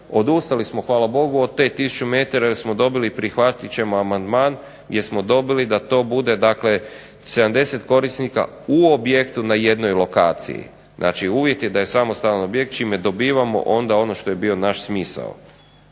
Odustali smo hvala Bogu od tih 1000 metara jer smo dobili, prihvatit ćemo amandman, jer smo dobili da to bude dakle 70 korisnika u objektu na jednoj lokaciji. Znači uvjet je da je samostalan objekt čime dobivamo onda ono što je bio naš smisao.